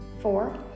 Four